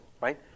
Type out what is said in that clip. right